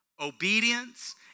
obedience